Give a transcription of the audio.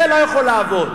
זה לא יכול לעבוד.